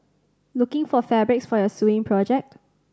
looking for fabrics for your sewing project